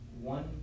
one